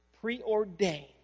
preordained